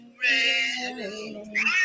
ready